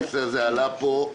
הנושא הזה עלה פה.